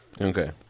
Okay